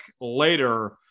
later